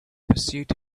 pursuit